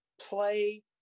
play